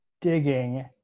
digging